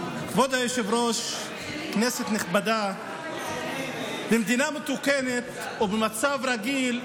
היושב-ראש, כנסת נכבדה, במדינה מתוקנת ובמצב רגיל,